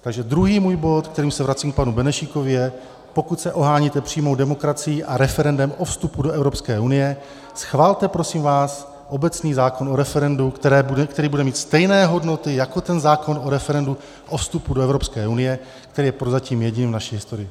Takže druhý můj bod, kterým se vracím k panu Benešíkovi, je pokud se oháníte přímou demokracií a referendem o vstupu do Evropské unie, schvalte prosím vás obecný zákon o referendu, který bude mít stejné hodnoty jako ten zákon o referendu o vstupu do Evropské unie, který je prozatím jediný v naší historii.